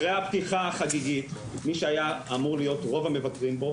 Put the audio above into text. המוזיאון הזה אחרי הפתיחה החגיגית מי שהיה אמור להיות רוב המבקרים בו,